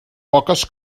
poques